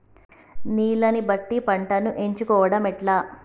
నీళ్లని బట్టి పంటను ఎంచుకోవడం ఎట్లా?